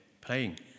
playing